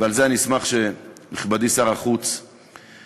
ועל זה אני אשמח שנכבדי שר החוץ יענה.